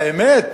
האמת?